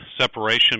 separation